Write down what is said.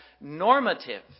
normative